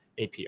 APR